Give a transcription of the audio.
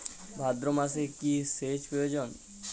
ভাদ্রমাসে কি সেচ প্রয়োজন?